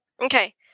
Okay